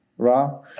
Ra